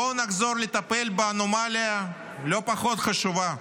בואו נחזור לטפל באנומליה לא פחות חשובה,